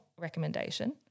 recommendation